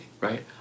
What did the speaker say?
Right